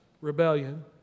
rebellion